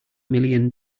million